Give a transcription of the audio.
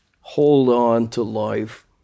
hold-on-to-life